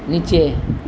নিচে